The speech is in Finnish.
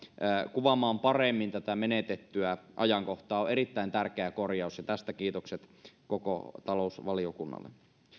kuvaamaan paremmin tätä menetettyä ajankohtaa on erittäin tärkeä korjaus ja tästä kiitokset koko talousvaliokunnalle